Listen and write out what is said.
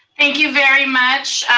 thank you very much.